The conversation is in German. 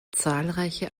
zahlreiche